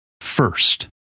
first